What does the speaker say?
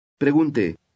Pregunte